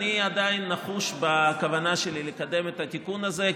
אני עדיין נחוש בכוונה שלי לקדם את התיקון הזה,